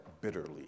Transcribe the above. bitterly